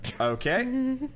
Okay